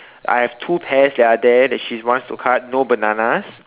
I have two pears that are there that she wants to cut no bananas